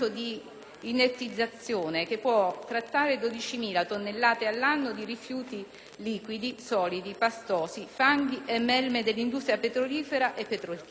inertizzazione che può trattare 12.000 tonnellate all'anno di rifiuti liquidi, solidi pastosi, fanghi e melme dell'industria petrolifera e petrolchimica.